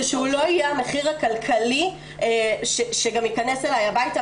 שהוא לא יהיה המחיר הכלכלי שגם ייכנס אלי הביתה,